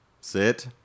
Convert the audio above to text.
Sit